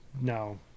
No